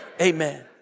Amen